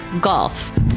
golf